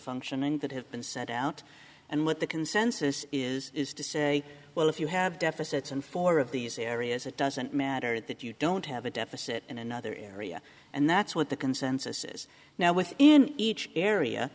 function and that have been set out and what the consensus is is to say well if you have deficits and four of these areas it doesn't matter that you don't have a deficit in another area and that's what the consensus is now with in each area